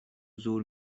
زور